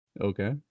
Okay